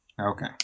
okay